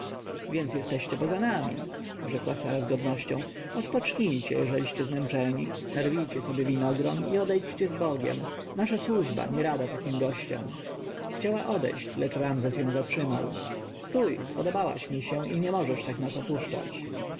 więc jesteście poganami rzekła sara z godnością odpocznijcie jeżeliście zmęczeni narwijcie sobie winogron i odejdźcie z bogiem nasza służba nierada takim gościom chciała odejść lecz ramzes ją zatrzymał stój podobałaś mi się i nie możesz tak nas opuszczać